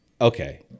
Okay